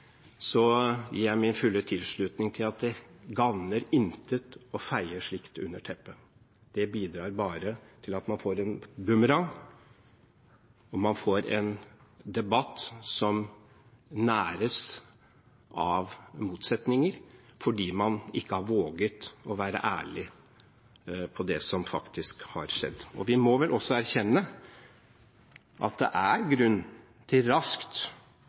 gir jeg min fulle tilslutning til at det gagner intet å feie slikt under teppet. Det bidrar bare til at man får en bumerang, og man får en debatt som næres av motsetninger fordi man ikke har våget å være ærlig på det som faktisk har skjedd. Vi må vel også erkjenne at det er grunn til raskt